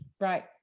right